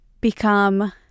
become